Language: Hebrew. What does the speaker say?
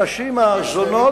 הנשים הזונות.